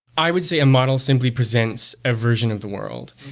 i would say a model simply presents a version of the world.